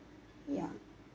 ya